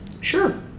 Sure